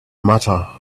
matter